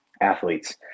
athletes